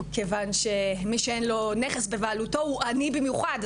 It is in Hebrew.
כיוון מי שאין לו נכס בבעלותו אז הוא עני במיוחד,